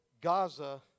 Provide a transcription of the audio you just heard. Gaza